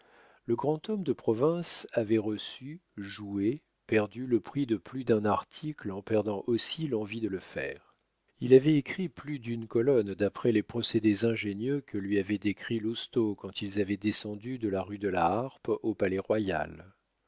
le grand homme de province avait reçu joué perdu le prix de plus d'un article en perdant aussi l'envie de le faire il avait écrit plus d'une colonne d'après les procédés ingénieux que lui avait décrits lousteau quand ils avaient descendu de la rue de la harpe au palais-royal